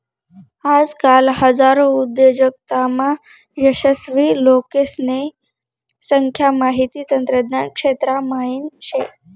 आजकाल हजारो उद्योजकतामा यशस्वी लोकेसने संख्या माहिती तंत्रज्ञान क्षेत्रा म्हाईन शे